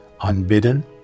unbidden